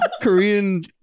Korean